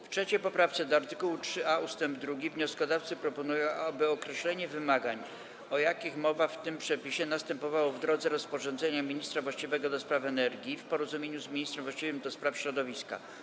W 3. poprawce do art. 3a ust. 2 wnioskodawcy proponują, aby określenie wymagań, o jakich mowa w tym przepisie, następowało w drodze rozporządzenia ministra właściwego do spraw energii w porozumieniu z ministrem właściwym do spraw środowiska.